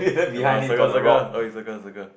ra circle circle oi circle circle